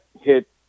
hit